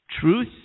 Truth